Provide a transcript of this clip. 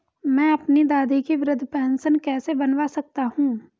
मैं अपनी दादी की वृद्ध पेंशन कैसे बनवा सकता हूँ?